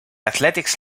athletics